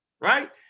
Right